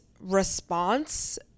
response